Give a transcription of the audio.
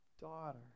daughter